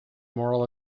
moral